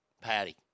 Patty